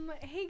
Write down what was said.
hey